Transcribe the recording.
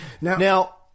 Now